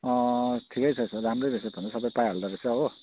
अँ ठिकै छ त्यसो भए राम्रै रहेछ त सबै पाइहाल्दो रहेछ हो